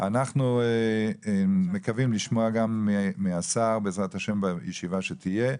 אנחנו מקווים לשמוע גם מהשר - בישיבה שתהיה,